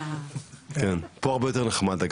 פה הרבה יותר נחמד.